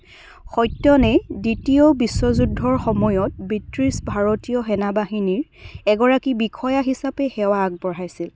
সত্যনে দ্বিতীয় বিশ্বযুদ্ধৰ সময়ত ব্ৰিটিছ ভাৰতীয় সেনাবাহিনীৰ এগৰাকী বিষয়া হিচাপে সেৱা আগবঢ়াইছিল